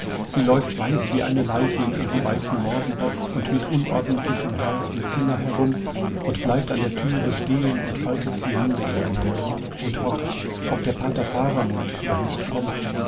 sie läuft weiß wie eine leiche in ihrem weißen morgenrock und mit unordentlichem haar im zimmer herum und bleibt an der türe stehen und faltet die hände ineinander und horcht ob der pater faramund noch nicht kommt